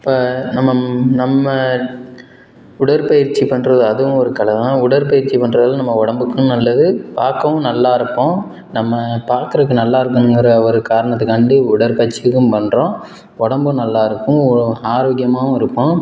இப்போ நம்ம நம்ம உடற்பயிற்சி பண்ணுறது அதுவும் ஒரு கலை தான் உடற்பயிற்சி பண்ணுறதும் நம்ம உடம்புக்கும் நல்லது பார்க்கவும் நல்லாயிருப்போம் நம்ம பார்க்குறது நல்லா இருக்கணுங்கிற ஒரு காரணத்துக்காண்டி உடற்பயிற்சிகளும் பண்ணுறோம் உடம்பும் நல்லா இருக்கும் ஓ ஆரோக்கியமாகவும் இருப்போம்